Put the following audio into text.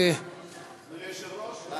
אפשר להוסיף אותי,